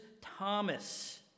Thomas